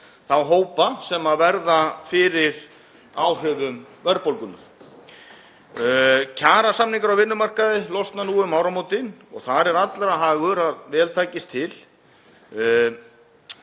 þá hópa sem verða fyrir áhrifum verðbólgunnar. Kjarasamningar á vinnumarkaði losna nú um áramótin og þar er allra hagur að vel takist til.